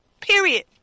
Period